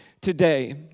today